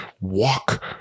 walk